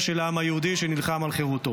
של העם היהודי שנלחם על חירותו.